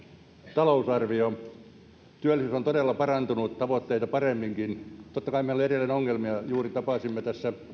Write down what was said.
talousarvio työllisyys on todella parantunut tavoitteita paremminkin totta kai meillä on edelleen ongelmia juuri tapasimme